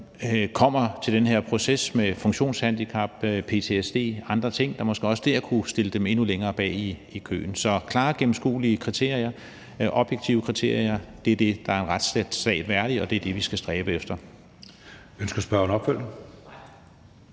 kommer til den her proces med funktionshandicap, ptsd og andre ting, der måske også der kunne stille dem endnu længere bag i køen. Så klare, gennemskuelige kriterier, objektive kriterier, er det, der er en retsstat værdig, og det er det, vi skal stræbe efter.